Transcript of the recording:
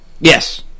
Yes